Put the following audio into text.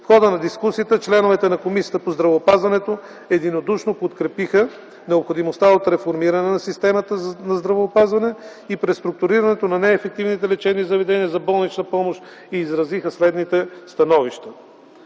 В хода на дискусията членовете на Комисията по здравеопазването единодушно подкрепиха необходимостта от реформиране на системата за здравеопазване и преструктурирането на неефективните лечебни заведения за болнична помощ и изразиха следните становища: